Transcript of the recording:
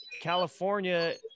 California